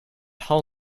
hull